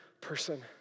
person